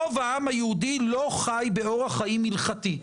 רוב העם היהודי לא חי באורח חיים הילכתי,